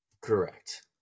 Correct